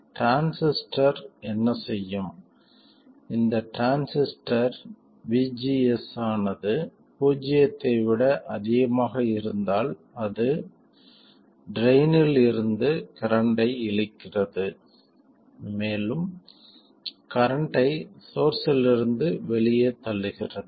transistor என்ன செய்யும் இந்த டிரான்சிஸ்டர் vgs ஆனது பூஜ்ஜியத்தை விட அதிகமாக இருந்தால் அது ட்ரைன் இல் இருந்து கரண்ட்டை இழுக்கிறது மேலும் கரண்ட்டை சோர்ஸ்லிருந்து வெளியே தள்ளுகிறது